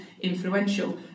influential